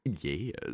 Yes